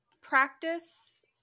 practice